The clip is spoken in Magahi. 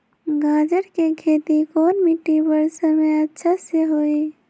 गाजर के खेती कौन मिट्टी पर समय अच्छा से होई?